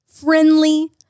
friendly